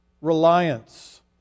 reliance